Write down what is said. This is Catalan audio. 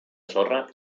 sorra